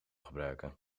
gebruiken